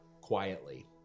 quietly